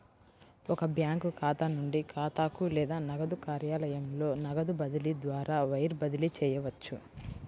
ఒక బ్యాంకు ఖాతా నుండి ఖాతాకు లేదా నగదు కార్యాలయంలో నగదు బదిలీ ద్వారా వైర్ బదిలీ చేయవచ్చు